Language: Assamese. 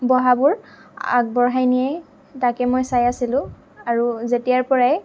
বঢ়াবোৰ আগবঢ়াই নিয়ে তাকে মই চাই আছিলোঁ আৰু যেতিয়াৰ পৰাই